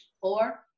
four